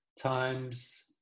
times